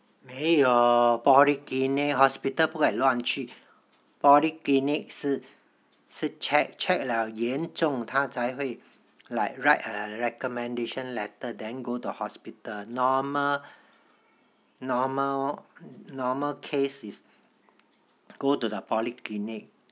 没有 polyclinic hospital 不可以乱去 polyclinic 是是 check check liao 严重他才会 write a recommendation letter then go to hospital normal normal normal case is go to the polyclinic